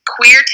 queer